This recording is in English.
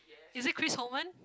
is it Chris Owen